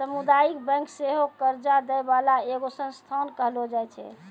समुदायिक बैंक सेहो कर्जा दै बाला एगो संस्थान कहलो जाय छै